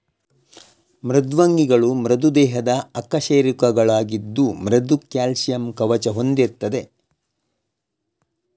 ಮೃದ್ವಂಗಿಗಳು ಮೃದು ದೇಹದ ಅಕಶೇರುಕಗಳಾಗಿದ್ದು ಮೃದು ಕ್ಯಾಲ್ಸಿಯಂ ಕವಚ ಹೊಂದಿರ್ತದೆ